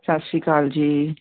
ਸਤਿ ਸ਼੍ਰੀ ਅਕਾਲ ਜੀ